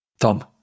Tom